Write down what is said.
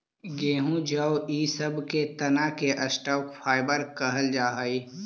गेहूँ जौ इ सब के तना के स्टॉक फाइवर कहल जा हई